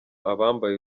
abambaye